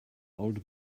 old